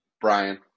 Brian